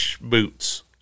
boots